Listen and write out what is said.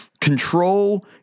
control